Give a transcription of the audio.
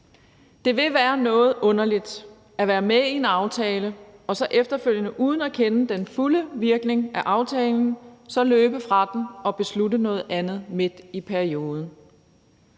Det ville være noget underligt at være med i en aftale og så efterfølgende uden at kende den fulde virkning af aftalen løbe fra den og beslutte noget andet midt i perioden.